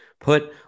put